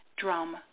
drum